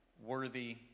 worthy